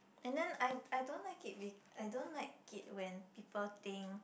and then I I don't like it be I don't like it when people think